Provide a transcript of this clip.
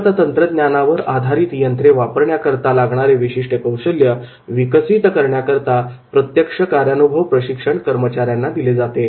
प्रगत तंत्रज्ञानावर आधारित यंत्रे वापरण्याकरता लागणारे विशिष्ट कौशल्य विकसित करण्याकरता प्रत्यक्ष कार्यानुभव प्रशिक्षण कर्मचाऱ्यांना दिले जाते